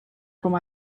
com